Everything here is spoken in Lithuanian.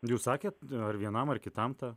jūs sakėt ar vienam ar kitam tą